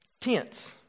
Tense